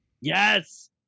Yes